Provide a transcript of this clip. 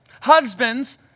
husbands